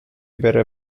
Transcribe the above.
بره